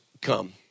come